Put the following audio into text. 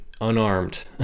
unarmed